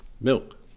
milk